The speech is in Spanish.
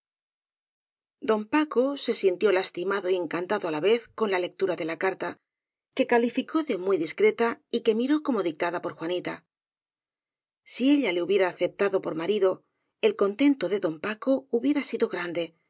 don paco se sintió lastimado y encantado á la vez con la lectura de la carta que calificó de muy discreta y que miró como dictada por juanita si ella le hubiera aceptado por marido el con tento de don paco hubiera sido grande